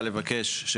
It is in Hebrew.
לבקש,